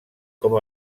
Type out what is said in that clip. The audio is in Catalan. com